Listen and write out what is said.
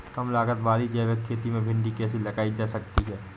कम लागत वाली जैविक खेती में भिंडी कैसे लगाई जा सकती है?